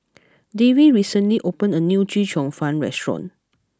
Davie recently opened a new Chee Cheong Fun restaurant